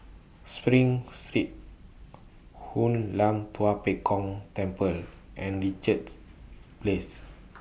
SPRING Street Hoon Lam Tua Pek Kong Temple and Richards Place